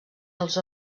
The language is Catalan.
als